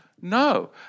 No